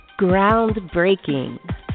Groundbreaking